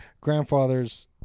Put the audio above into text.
grandfather's